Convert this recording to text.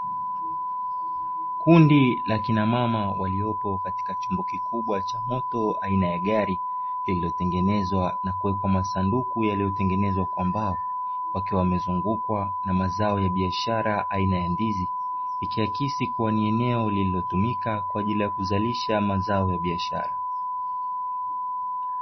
Kundi la kinamama waliopo katika chombo kikubwa cha moto aina ya gari; lililotengenezwa na kuwekwa masanduku yaliyotengenezwa kwa mbao, wakiwa wamezungukwa na mazao ya biashara aina ya ndizi; ikiakisi kuwa ni eneo lililotumika kwa ajili ya kuzalisha mazao ya biashara.